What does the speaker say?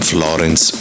Florence